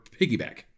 piggyback